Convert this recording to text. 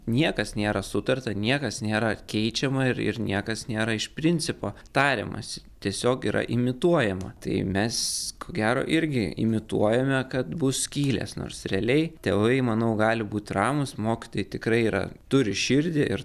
niekas nėra sutarta niekas nėra keičiama ir ir niekas nėra iš principo tariamasi tiesiog yra imituojama tai mes ko gero irgi imituojame kad bus skylės nors realiai tėvai manau gali būti ramūs mokytojai tikrai yra turi širdį ir